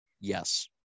Yes